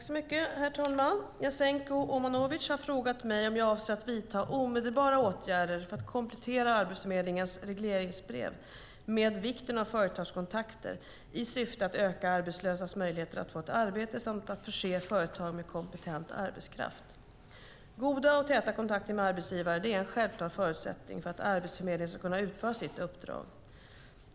Herr talman! Jasenko Omanovic har frågat mig om jag avser att vidta omedelbara åtgärder för att komplettera Arbetsförmedlingens regleringsbrev med vikten av företagskontakter i syfte att öka arbetslösas möjligheter att få ett arbete samt att förse företag med kompetent arbetskraft. Goda och täta kontakter med arbetsgivare är en självklar förutsättning för att Arbetsförmedlingen ska kunna utföra sitt uppdrag.